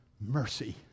Mercy